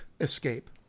escape